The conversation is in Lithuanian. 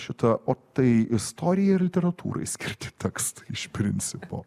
šita o tai istorijai ir literatūrai skirti tekstai iš principo